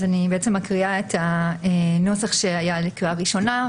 אני מקריאה את הנוסח שהיה לקריאה ראשונה,